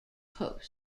post